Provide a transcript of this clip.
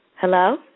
Hello